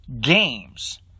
games